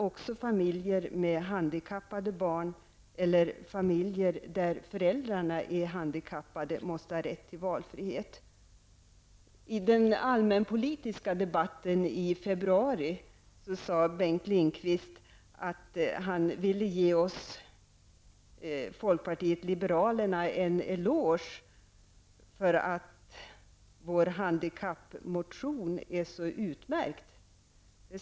Också familjer med handikappade barn och familjer där föräldrarna är handikappade måste ha rätt till valfrihet. I den allmänpolitiska debatten i februari sade Bengt Lindqvist att han ville ge folkpartiet liberalerna en eloge för att vår handikappmotion är så utmärkt.